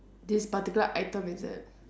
this particular item is it